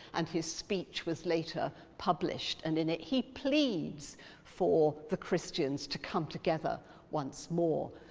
and his speech was later published and in it he pleads for the christians to come together once more.